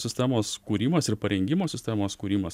sistemos kūrimas ir parengimo sistemos kūrimas